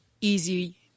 easy